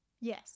Yes